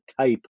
type